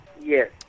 Yes